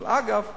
אבל אגב,